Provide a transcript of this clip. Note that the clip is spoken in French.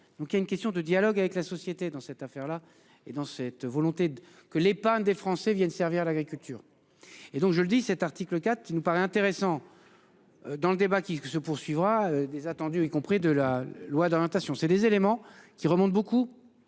donc il y a une question de dialogue avec la société dans cette affaire-là. Et dans cette volonté que l'épargne des Français viennent servir l'agriculture et donc je le dis, cet article 4, il nous paraît intéressant. Dans le débat qui se poursuivra des attendus, y compris de la loi d'orientation, c'est des éléments qui remontent beaucoup.